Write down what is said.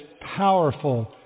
powerful